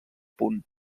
punt